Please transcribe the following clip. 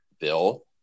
Bill